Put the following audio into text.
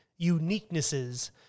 uniquenesses